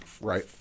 right